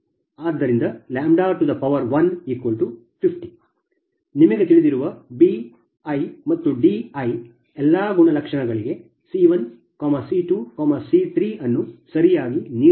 ಆದ್ದರಿಂದ 150 ನಿಮಗೆ ತಿಳಿದಿರುವ b iಮತ್ತುd iಎಲ್ಲ ಗುಣಲಕ್ಷಣಗಳಿಗೆ C1C2C3 ಅನ್ನು ಸರಿಯಾಗಿ ನೀಡಲಾಗಿದೆ